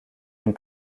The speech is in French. une